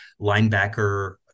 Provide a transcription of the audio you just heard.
linebacker